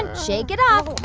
and shake it off